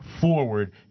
forward